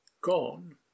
gone